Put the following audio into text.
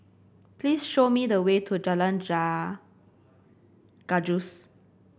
please show me the way to Jalan Gajus